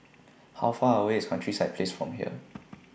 How Far away IS Countryside Place from here